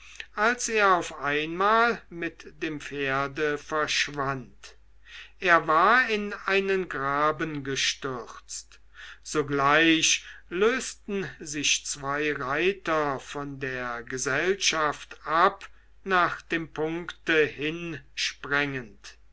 als er auf einmal mit dem pferde verschwand er war in einen graben gestürzt sogleich lösten sich zwei reiter von der gesellschaft ab nach dem punkte